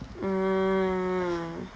ah